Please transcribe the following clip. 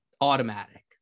automatic